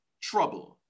trouble